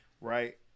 right